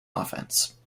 offense